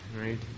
right